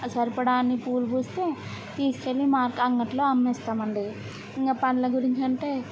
సరిపడా అన్ని పూలు పూస్తే తీసుకెళ్లి మార్క్ అంగట్లో అమ్మేస్తాం అండీ ఇంకా పండ్ల గురించి అంటే